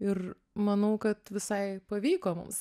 ir manau kad visai pavyko mums